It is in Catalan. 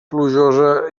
plujosa